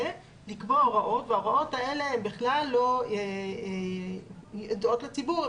לקבוע הוראות וההוראות האלה הן בכלל לא ידועות לציבור,